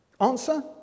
Answer